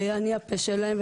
אז אני הפה שלהם,